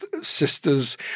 Sisters